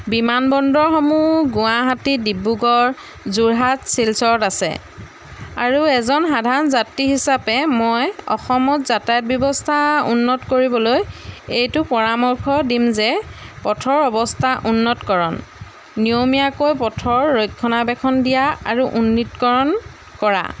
বিমানবন্দৰসমূহ গুৱাহাটী ডিব্ৰুগড় যোৰহাট শিলচৰত আছে আৰু এজন সাধাৰণ যাত্ৰী হিচাপে মই অসমত যাতায়াত ব্যৱস্থা উন্নত কৰিবলৈ এইটো পৰামৰ্শ দিম যে পথৰ অৱস্থা উন্নতকৰণ নিয়মীয়াকৈ পথৰ ৰক্ষণাবেক্ষণ দিয়া আৰু উন্নীতকৰণ কৰা